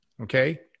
Okay